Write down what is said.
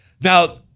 Now